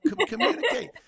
Communicate